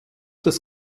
das